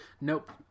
Nope